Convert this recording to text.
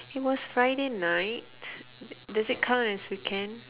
it was friday night does it count as weekend